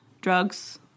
drugs